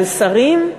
על שרים,